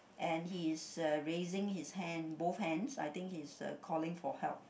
and he is uh raising his hand both hands I think he's uh calling for help